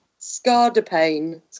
Scardapane